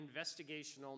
investigational